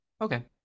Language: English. Okay